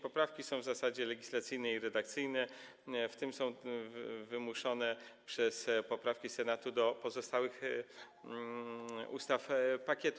Poprawki są w zasadzie legislacyjne i redakcyjne, w tym są też wymuszone przez poprawki Senatu do pozostałych ustaw z pakietu.